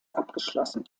abgeschlossen